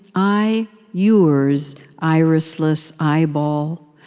i yours irisless eyeball,